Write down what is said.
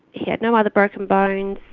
he had no other broken bones.